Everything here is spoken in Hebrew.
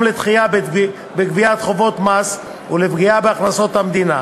לדחייה בגביית חובות מס ולפגיעה בהכנסות המדינה.